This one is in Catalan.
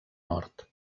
nord